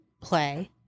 play